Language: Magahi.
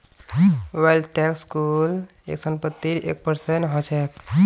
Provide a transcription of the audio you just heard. वेल्थ टैक्स कुल संपत्तिर एक परसेंट ह छेक